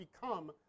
become